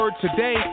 today